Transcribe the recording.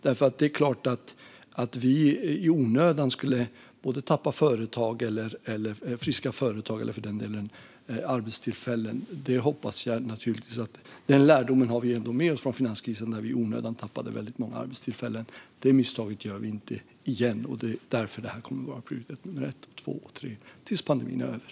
Vi vill inte i onödan tappa friska företag eller arbetstillfällen. Vi har dragit en lärdom av finanskrisen då Sverige i onödan tappade väldigt många arbetstillfällen. Det misstaget gör vi inte igen, och därför är detta prio ett, två och tre tills pandemin är över.